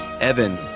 Evan